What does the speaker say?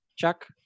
Chuck